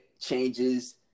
changes